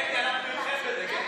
אתם לא רציתם, שכחת?